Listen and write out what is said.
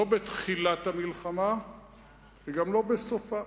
לא בתחילת המלחמה וגם לא בסופה.